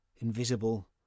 invisible